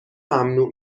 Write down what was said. ممنوع